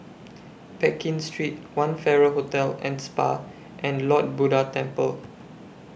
Pekin Street one Farrer Hotel and Spa and Lord Buddha Temple